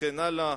וכן הלאה,